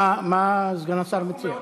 מה סגן השר מציע?